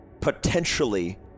potentially